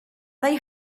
they